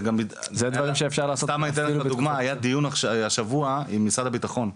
לדוגמא היה דיון השבוע עם משרד הבטחון,